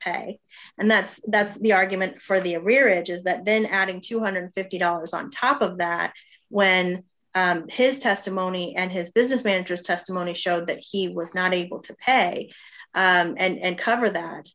pay and that's that's the argument for the arrearages that then adding two hundred and fifty dollars on top of that when his testimony and his business managers testimony showed that he was not able to pay and cover that